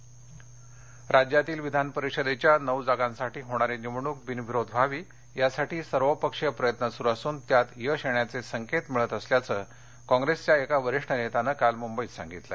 विधान परिषद निवडणक राज्यातील विधान परीषदेच्या नऊ जागांसाठी होणारी निवडणूक बिनविरोध व्हावी यासाठी सर्व पक्षीय प्रयत्न सुरू असुन त्यात यश येण्याचे संकेत मिळत असल्याचं कॉप्रेसच्या एका वरीष्ठ नेत्यानं काल मुंबईत सांगितलं